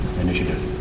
initiative